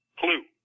clue